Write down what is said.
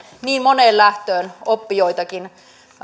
niin moneen lähtöön oppijoitakin